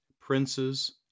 princes